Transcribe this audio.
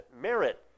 merit